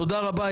תודה רבה.